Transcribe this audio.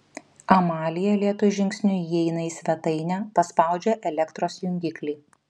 amalija lėtu žingsniu įeina į svetainę paspaudžia elektros jungiklį